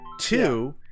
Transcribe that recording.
Two